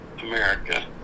America